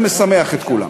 זה משמח את כולם.